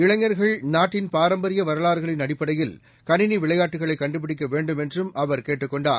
இளைஞர்கள் நாட்டின்பாரம்பரியவரலாறுகளின்அடிப்படையில்கணி னிவிளையாட்டுகளைகண்டுபிடிக்கவேண்டும்என்றும்அ வர்கேட்டுக்கொண்டார்